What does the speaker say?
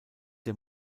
der